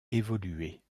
évoluée